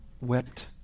wept